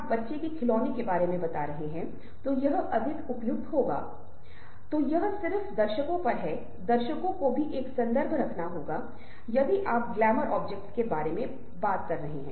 यह सच है कि आप टेक्स्टिंग का उपयोग करते हैं आप आधुनिक संदर्भ में त्वरित लेनदेन के लिए लेखन या किसी अन्य प्रकार का उपयोग करते हैं